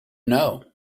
know